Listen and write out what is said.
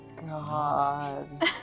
God